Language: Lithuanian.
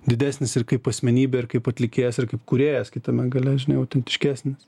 didesnis ir kaip asmenybė ir kaip atlikėjas ir kaip kūrėjas kitame gale žinai autentiškesnis